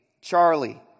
Charlie